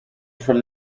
from